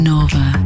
Nova